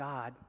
God